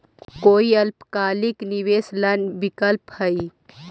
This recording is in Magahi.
कोई अल्पकालिक निवेश ला विकल्प हई?